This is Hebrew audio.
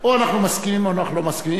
או שאנחנו מסכימים או שאנחנו לא מסכימים.